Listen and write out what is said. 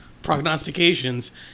Prognostications